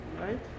right